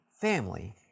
family